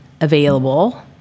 Available